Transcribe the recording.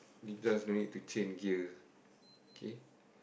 because no need to change gear okay